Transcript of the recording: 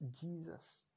Jesus